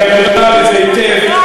את הרי יודעת את זה היטב.